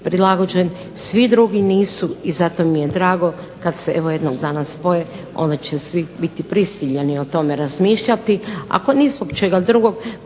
prilagođen, svi drugi nisu i zato mi je drago kad se evo jednog dana spoje onda će svi biti prisiljeni o tome razmišljati. Ako ni zbog čega drugog